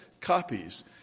copies